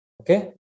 Okay